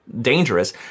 dangerous